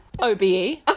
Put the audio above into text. OBE